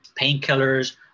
painkillers